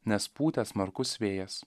nes pūtė smarkus vėjas